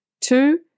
Two